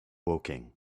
woking